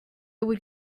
would